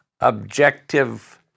objective